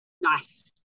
Nice